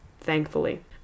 thankfully